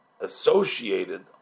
associated